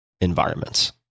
environments